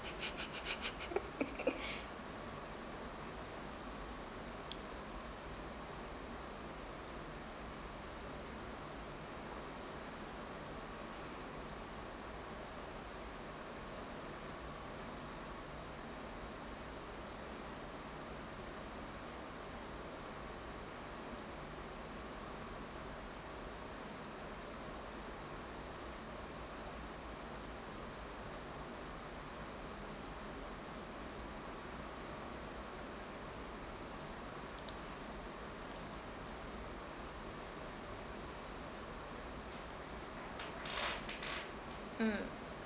mm